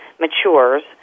Matures